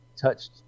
touched